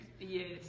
yes